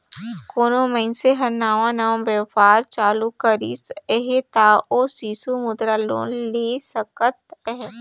कोनो मइनसे हर नावा नावा बयपार चालू करिस अहे ता ओ सिसु मुद्रा लोन ले सकत अहे